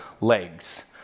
LEGS